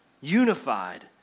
unified